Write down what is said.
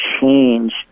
change